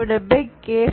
k